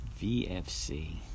VFC